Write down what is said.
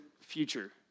future